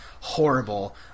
horrible